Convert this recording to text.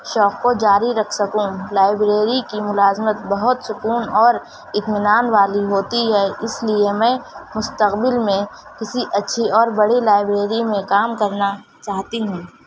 شوق کو جاری رکھ سکوں لائبریری کی ملازمت بہت سکون اور اطمینان والی ہوتی ہے اس لیے میں مستقبل میں کسی اچھی اور بڑی لائبریری میں کام کرنا چاہتی ہوں